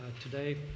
today